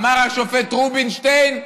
אמר השופט רובינשטיין: